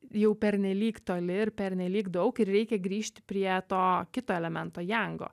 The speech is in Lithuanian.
jau pernelyg toli ir pernelyg daug ir reikia grįžti prie to kito elemento jango